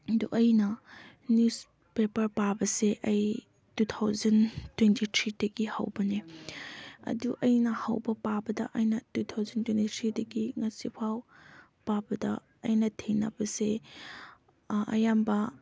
ꯑꯗꯨ ꯑꯩꯅ newspaper ꯄꯥꯕꯁꯤ ꯑꯩ ꯇꯨ ꯊꯥꯎꯖꯟ ꯇ꯭ꯋꯦꯟꯇꯤ ꯊ꯭ꯔꯤꯗꯒꯤ ꯍꯧꯕꯅꯤ ꯑꯗꯨ ꯑꯩꯅ ꯍꯧꯕ ꯄꯥꯕꯗ ꯑꯩꯅ ꯇꯨ ꯊꯥꯎꯖꯟ ꯇ꯭ꯋꯦꯟꯇꯤ ꯊ꯭ꯔꯤꯗꯒꯤ ꯉꯁꯤꯐꯥꯎ ꯄꯥꯕꯗ ꯑꯩꯅ ꯊꯦꯡꯅꯕꯁꯤ ꯑꯌꯥꯝꯕ